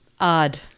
odd